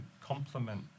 complement